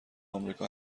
امریکا